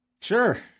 sure